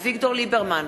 אביגדור ליברמן,